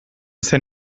zen